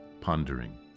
pondering